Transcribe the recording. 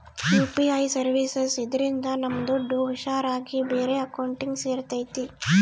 UPI services ಇದ್ರಿಂದ ನಮ್ ದುಡ್ಡು ಹುಷಾರ್ ಆಗಿ ಬೇರೆ ಅಕೌಂಟ್ಗೆ ಸೇರ್ತೈತಿ